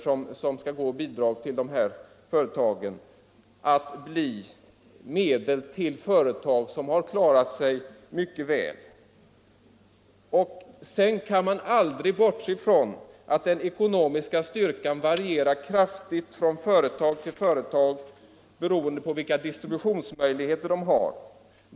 som kan utgå i bidrag till tomatföretagen att ges stora summor till företag som har klarat sig mycket väl. Sedan kan man aldrig bortse från att den ekonomiska styrkan varierar kraftigt från företag till företag beroende på vilka distributionsmöjligheter de har.